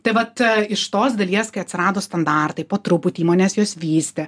tai vat iš tos dalies kai atsirado standartai po truputį įmonės juos vystė